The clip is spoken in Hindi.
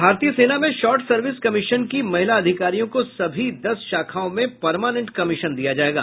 भारतीय सेना में शॉर्ट सर्विस कमीशन की महिला अधिकारियों को सभी दस शाखाओं में पर्मानेंट कमीशन दिया जाएगा